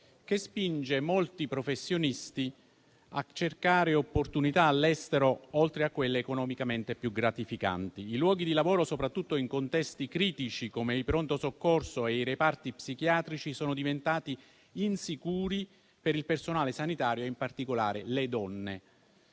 che spinge molti professionisti a cercare opportunità all'estero, oltre a quelle economicamente più gratificanti. I luoghi di lavoro, soprattutto in contesti critici come i pronto soccorso e i reparti psichiatrici, sono diventati insicuri per il personale sanitario e in particolare per le donne.